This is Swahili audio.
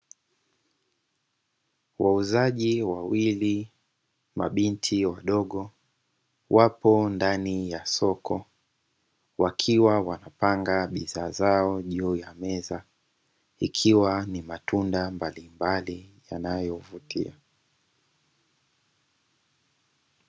Wauzaji wawili mabinti wadogo, wapo ndani ya soko, wakiwa wanapanga bidhaa zao juu ya meza, ikiwa ni matunda mbalimbali yanayovutia.